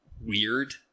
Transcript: weird